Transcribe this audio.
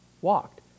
Walked